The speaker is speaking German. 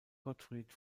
gottfried